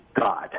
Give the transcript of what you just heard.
God